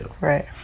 right